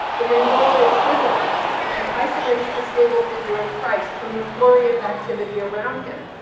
the mandorla is visible and isolates the stable figure of christ from the flurry of activity around him.